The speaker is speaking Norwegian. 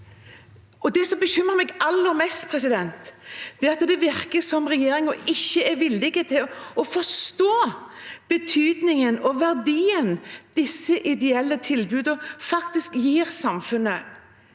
Det som bekymrer meg aller mest, er at det virker som regjeringen ikke er villig til å forstå betydningen og verdien disse ideelle tilbudene faktisk gir til samfunnet.